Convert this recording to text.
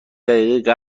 دقیقه